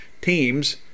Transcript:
teams